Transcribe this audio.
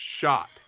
shot